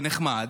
ונחמד.